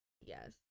yes